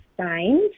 signs